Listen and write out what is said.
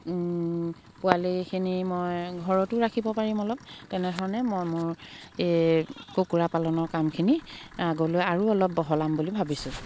পোৱালিখিনি মই ঘৰতো ৰাখিব পাৰিম অলপ তেনেধৰণে মই মোৰ এই কুকুৰা পালনৰ কামখিনি আগলৈ আৰু অলপ বহলাম বুলি ভাবিছোঁ